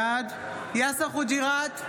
בעד יאסר חוג'יראת,